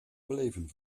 beleven